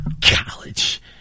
College